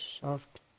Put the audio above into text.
soft